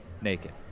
naked